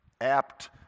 apt